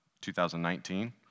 2019